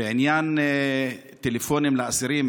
בעניין טלפונים לאסירים,